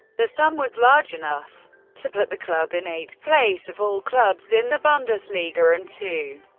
the sum was large enough to put the club in eighth place of all clubs in the bundesliga and two.